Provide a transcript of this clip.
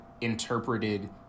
interpreted